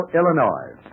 Illinois